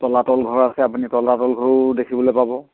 তলাতল ঘৰ আছে আপুনি তলাতল ঘৰো দেখিবলৈ পাব